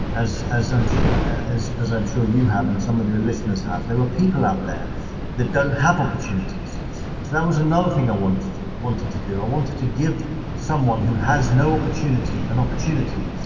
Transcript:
as as i'm as as i'm sure you have and some of your listeners have. there are people out there that don't have opportunities, so that was another thing i wanted wanted to do. i wanted to give someone who has no opportunity an opportunity.